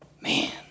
Man